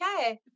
Okay